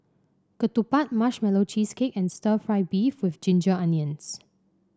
ketupat Marshmallow Cheesecake and stir fry beef with Ginger Onions